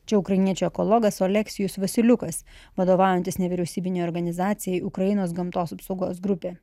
čia ukrainiečių ekologas oleksijus vasiliukas vadovaujantis nevyriausybinei organizacijai ukrainos gamtos apsaugos grupė